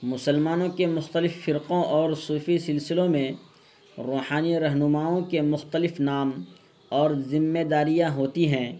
مسلمانوں کے مختلف فرقوں اور صوفی سلسلوں میں روحانی رہنماؤں کے مختلف نام اور ذمہ داریاں ہوتی ہیں